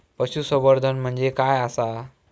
पशुसंवर्धन म्हणजे काय आसा?